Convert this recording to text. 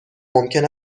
ممکن